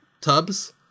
tubs